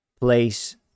place